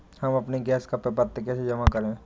हम अपने गैस का विपत्र कैसे जमा करें?